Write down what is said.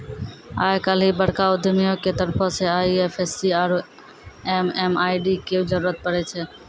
आइ काल्हि बड़का उद्यमियो के तरफो से आई.एफ.एस.सी आरु एम.एम.आई.डी के जरुरत पड़ै छै